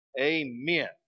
amen